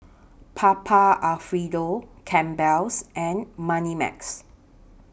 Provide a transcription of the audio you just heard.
Papa Alfredo Campbell's and Moneymax